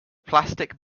plastic